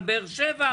על באר שבע,